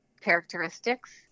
characteristics